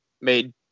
made